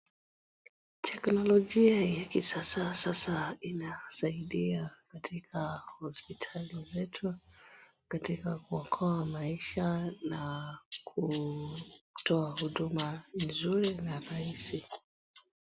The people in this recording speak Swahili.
Teknolojia ya kisasa sasa inasaidia katika hospitali zetu katika kuokoa maisha na kutoa huduma mzuri na rahisi.